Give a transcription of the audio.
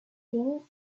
thin